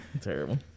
Terrible